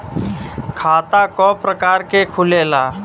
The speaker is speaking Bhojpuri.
खाता क प्रकार के खुलेला?